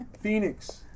Phoenix